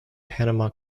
panama